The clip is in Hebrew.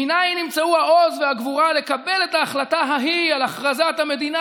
מנין נמצאו העוז והגבורה לקבל את ההחלטה ההיא על הכרזת המדינה?